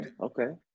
Okay